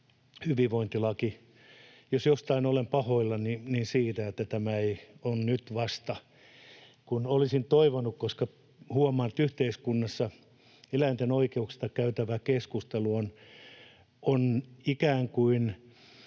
hyvinvointilaki. Jos jostain olen pahoillani, niin siitä, että tämä on vasta nyt, koska huomaan, että yhteiskunnassa eläinten oikeuksista käytävä keskustelu on ikään kuin